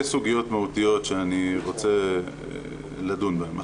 סוגיות מהותיות שאני רוצה לדון בהן.